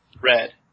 Red